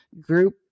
group